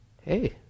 hey